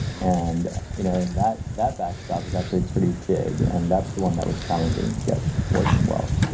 and you know, and that that batch job was actually pretty big and that's the one that was challenging to get working well